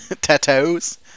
Tattoos